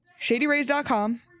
ShadyRays.com